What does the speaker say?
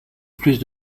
plus